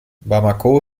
bamako